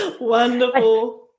Wonderful